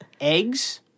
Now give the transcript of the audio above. eggs